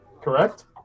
Correct